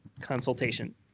consultation